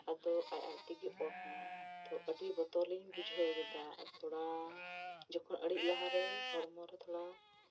ᱟᱡ ᱛᱮᱜᱮ ᱚᱯᱷ ᱮᱱᱟ ᱟᱹᱰᱤ ᱵᱚᱛᱚᱨᱤᱧ ᱵᱩᱡᱷᱟᱹᱣ ᱞᱮᱫᱟ ᱡᱚᱠᱷᱚᱱ ᱤᱲᱤᱡ ᱞᱟᱦᱟᱨᱮ ᱦᱚᱲᱢᱚ ᱠᱚ ᱛᱷᱚᱲᱟ